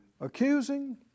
Accusing